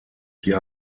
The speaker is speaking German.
sie